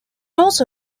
also